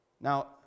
Now